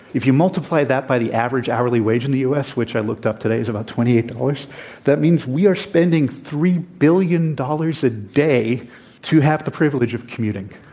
if you multiply that by the average hourly wage in the u. s, which i looked up today it's about twenty eight dollars that means we are spending three billion dollars a day to have the privilege of commuting.